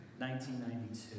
1992